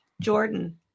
Jordan